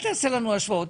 אל תעשה לנו השוואות.